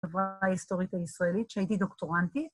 ‫דבר ההיסטורית הישראלית ‫שהייתי דוקטורנטית.